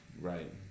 Right